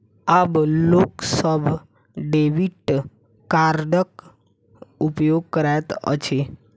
आब लोक सभ डेबिट कार्डक उपयोग करैत अछि